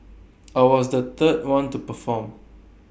I was the third one to perform